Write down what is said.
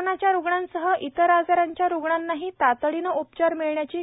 कोरोनाच्या रुग्णांसह इतर आजारांच्या रुग्णांनाही तातडीनं उपचार मिळण्याची